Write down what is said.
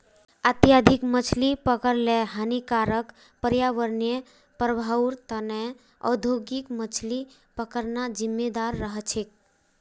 अत्यधिक मछली पकड़ ल हानिकारक पर्यावरणीय प्रभाउर त न औद्योगिक मछली पकड़ना जिम्मेदार रह छेक